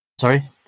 sorry